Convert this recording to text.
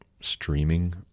streaming